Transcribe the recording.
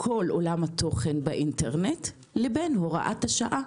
כל עולם התוכן באינטרנט לבין הארכת הוראת השעה?